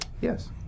Yes